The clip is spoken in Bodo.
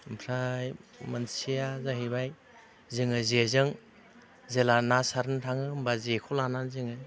ओमफ्राय मोनसेया जाहैबाय जोङो जेजों जेब्ला ना सारनो थाङो होनबा जेखौ लानानै जोंङो